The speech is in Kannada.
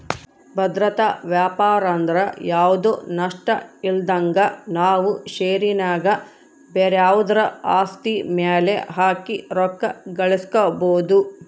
ಭದ್ರತಾ ವ್ಯಾಪಾರಂದ್ರ ಯಾವ್ದು ನಷ್ಟಇಲ್ದಂಗ ನಾವು ಷೇರಿನ್ಯಾಗ ಬ್ಯಾರೆವುದ್ರ ಆಸ್ತಿ ಮ್ಯೆಲೆ ಹಾಕಿ ರೊಕ್ಕ ಗಳಿಸ್ಕಬೊದು